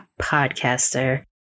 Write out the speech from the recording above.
podcaster